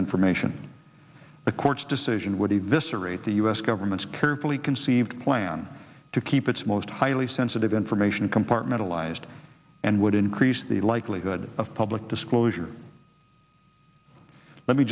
information the court's decision would even cerate the u s government's carefully conceived plan to keep its most highly sensitive information compartmentalized and would increase the likelihood of public disclosure let me